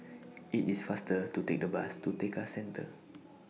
IT IS faster to Take The Bus to Tekka Centre